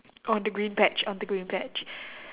on the green patch on the green patch